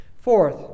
Fourth